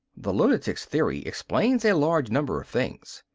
the lunatic's theory explains a large number of things,